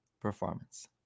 performance